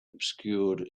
obscured